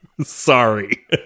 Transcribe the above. Sorry